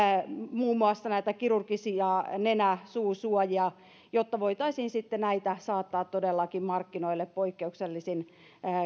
muun muassa kirurgisia nenä suusuojia että voitaisiin todellakin näitä saattaa markkinoille poikkeuksellisin